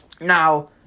Now